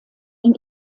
den